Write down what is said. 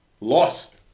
lost